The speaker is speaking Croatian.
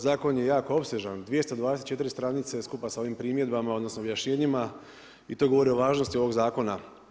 Zakon je jako opsežan 224 stranice skupa sa ovim primjedbama odnosno objašnjenjima i to govori o važnosti ovog zakona.